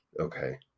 Okay